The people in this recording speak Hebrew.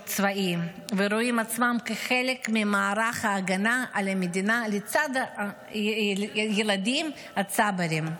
צבאי ורואים עצמם כחלק ממערך ההגנה על המדינה לצד הילדים הצברים.